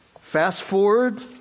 fast-forward